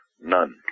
None